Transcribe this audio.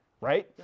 Right